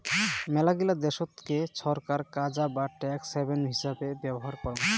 মেলাগিলা দেশতকে ছরকার কাজা বা ট্যাক্স হ্যাভেন হিচাবে ব্যবহার করং